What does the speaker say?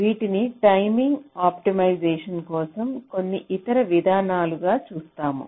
వీటిని timing optimisation కోసం కొన్ని ఇతర విధానాలుగా సూచిస్తాము